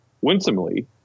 winsomely